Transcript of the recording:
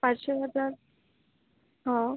पाचशे हजार हो